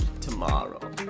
tomorrow